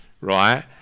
right